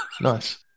nice